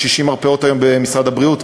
היום יש 60 מרפאות במשרד הבריאות,